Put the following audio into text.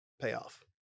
payoff